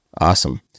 Awesome